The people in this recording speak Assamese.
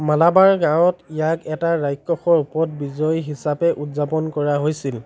মালাবাৰ গাঁৱত ইয়াক এটা ৰাক্ষসৰ ওপৰত বিজয় হিচাপে উদযাপন কৰা হৈছিল